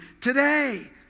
today